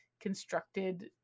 constructed